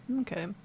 Okay